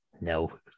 no